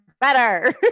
better